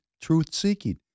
truth-seeking